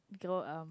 okay lor